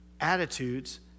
attitudes